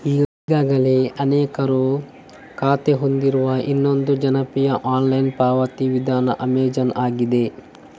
ಈಗಾಗಲೇ ಅನೇಕರು ಖಾತೆ ಹೊಂದಿರುವ ಇನ್ನೊಂದು ಜನಪ್ರಿಯ ಆನ್ಲೈನ್ ಪಾವತಿ ವಿಧಾನ ಅಮೆಜಾನ್ ಆಗಿದೆ